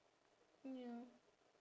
ya